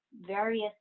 various